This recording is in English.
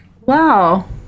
Wow